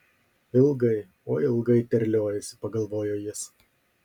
ilgai oi ilgai terliojasi pagalvojo jis